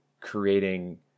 creating